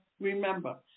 remember